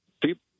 people